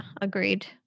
Agreed